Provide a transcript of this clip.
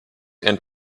and